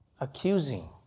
Accusing